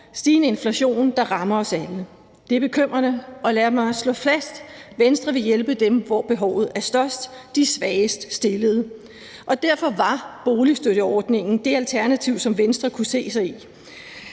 stigende inflation, der rammer os alle. Det er bekymrende. Og lad mig slå fast: Venstre vil hjælpe dem, der har det største behov, nemlig de svagest stillede, og derfor var boligstøtteordningen det alternativ, som Venstre kunne se sig i,